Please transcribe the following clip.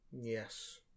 Yes